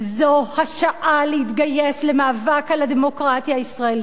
זו השעה להתגייס למאבק על הדמוקרטיה הישראלית.